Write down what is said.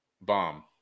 bomb